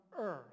earth